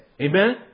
Amen